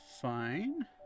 fine